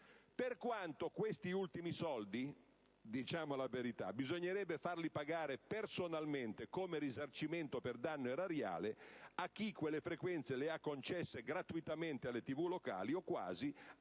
se, questi ultimi soldi, diciamo la verità, bisognerebbe farli pagare personalmente, come risarcimento per danno erariale, a chi quelle frequenze le ha concesse gratuitamente o quasi alle